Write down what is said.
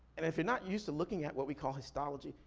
and if you're not used to looking at what we call histology,